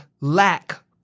lack